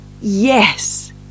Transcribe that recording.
Yes